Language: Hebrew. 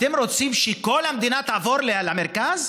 אתם רוצים שכל המדינה תעבור למרכז?